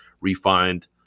Refined